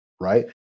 right